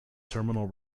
terminal